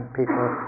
people